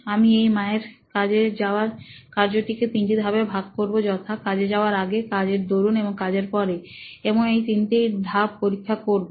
আমি এই মায়ের কাজে যাওয়ার কার্যটিকে তিনটি ধাপে ভাগ করবোযথা কাজে যাওয়ার আগে কাজের দরুন এবং কাজের পরে এবং এই তিনটি ধাপ পরীক্ষা করবো